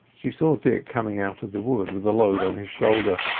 she saw dick coming out of the wood with the load on his shoulder,